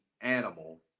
animal